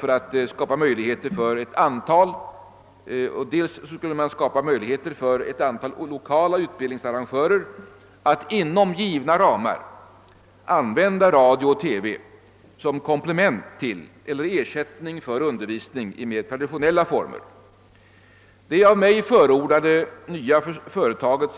Det borde vidare ske genom att man skapade möjligheter för ett antal lokala utbildningsarrangörer att inom givna ramar använda radio och TV som komplement till eller ersättning för undervisning i mera traditionella former. Det av mig föreslagna nya företaget